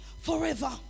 forever